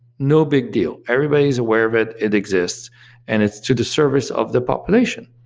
no big deal. everybody is aware of it. it exists and it's to the service of the population.